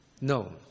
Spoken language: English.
No